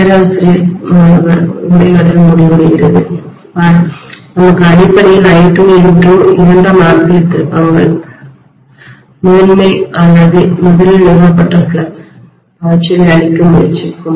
பேராசிரியர் மாணவர் உரையாடல் முடிவடைகிறது பார் நமக்கு அடிப்படையில் I2N2 இரண்டாம் ஆம்பியர் திருப்பங்கள் முதன்மை அல்லது முதலில் நிறுவப்பட்ட ஃப்ளக்ஸை பாய்ச்சலைக் அழிக்க முயற்சிக்கும்